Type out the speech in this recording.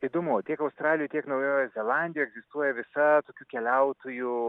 įdomu tiek australijoj tiek naujojoj zelandijoj egzistuoja visa tokių keliautojų